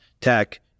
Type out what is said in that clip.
tech